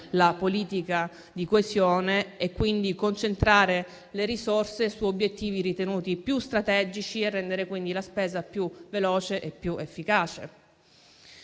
la politica di coesione, di concentrare le risorse su obiettivi ritenuti più strategici e di rendere la spesa più veloce e più efficace.